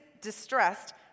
distressed